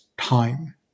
time